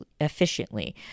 efficiently